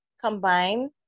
combine